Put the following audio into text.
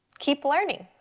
keep learning,